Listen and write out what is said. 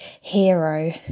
hero